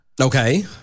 Okay